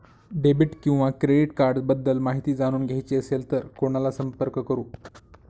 Debit किंवा credit cards बद्दल माहिती जाणून घ्यायची असेल तर कोणाला संपर्क करु?